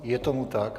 Je tomu tak.